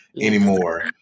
anymore